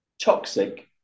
toxic